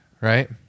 right